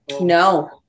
No